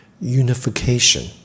unification